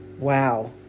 wow